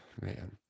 man